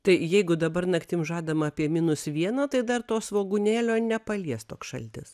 tai jeigu dabar naktim žadama apie minus vieną tai dar to svogūnėlio nepalies toks šaltis